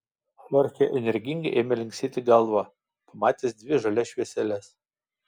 chorchė energingai ėmė linksėti galva pamatęs dvi žalias švieseles